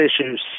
issues